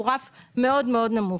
הוא רף מאוד מאוד נמוך.